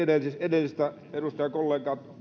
edellistä edustajakollegaa